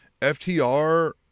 FTR